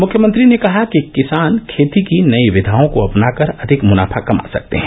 मुख्यमंत्री ने कहा कि किसान खेती की नयी विधाओं को अपना कर अधिक मुनाफा कमा सकते हैं